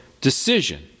decision